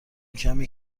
کمی